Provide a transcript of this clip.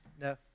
no